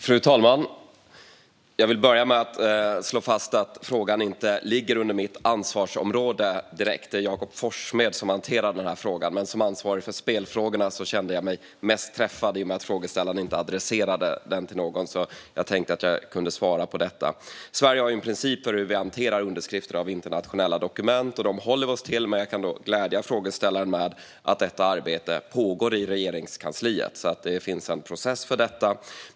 Fru talman! Jag vill börja med att slå fast att frågan inte ligger direkt under mitt ansvarsområde - det är Jakob Forssmed som hanterar den - men att jag som ansvarig för spelfrågor kände mig mest träffad. I och med att frågeställaren inte adresserade något särskilt statsråd tänkte jag att jag kunde svara på frågan. I Sverige har vi en princip för hur vi hanterar underskrifter av internationella dokument, och den håller vi oss till. Men jag kan glädja frågeställaren med att detta arbete pågår i Regeringskansliet. Det finns alltså en process för detta.